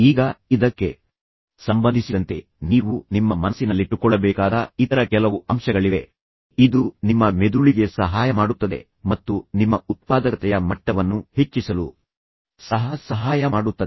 ಈಗ ಇದಕ್ಕೆ ಸಂಬಂಧಿಸಿದಂತೆ ನೀವು ನಿಮ್ಮ ಮನಸ್ಸಿನಲ್ಲಿಟ್ಟುಕೊಳ್ಳಬೇಕಾದ ಇತರ ಕೆಲವು ಅಂಶಗಳಿವೆ ಇದು ನಿಮ್ಮ ಮೆದುಳಿಗೆ ಸಹಾಯ ಮಾಡುತ್ತದೆ ಮತ್ತು ನಿಮ್ಮ ಉತ್ಪಾದಕತೆಯ ಮಟ್ಟವನ್ನು ಹೆಚ್ಚಿಸಲು ಸಹ ಸಹಾಯ ಮಾಡುತ್ತದೆ